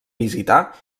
visitar